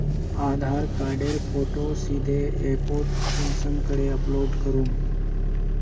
आधार कार्डेर फोटो सीधे ऐपोत कुंसम करे अपलोड करूम?